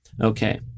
okay